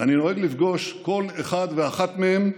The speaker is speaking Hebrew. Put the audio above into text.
אני נוהג לפגוש כל אחד ואחת מהם,